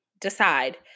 Decide